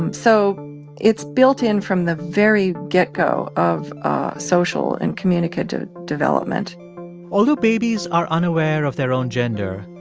um so it's built in from the very get-go of social and communicative development although babies are unaware of their own gender,